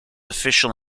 official